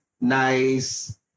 nice